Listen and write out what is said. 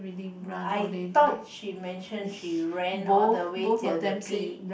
I thought she mention she ran all the way till the P